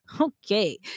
Okay